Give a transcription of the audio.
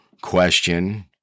question